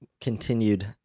continued